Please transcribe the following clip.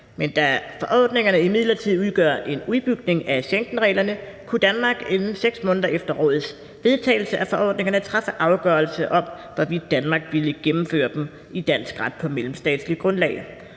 Men da forordningerne imidlertid udgør en udbygning af Schengenreglerne, kunne Danmark inden 6 måneder efter Rådets vedtagelse af forordningerne træffe afgørelse om, hvorvidt Danmark ville gennemføre dem i dansk ret på mellemstatsligt grundlag,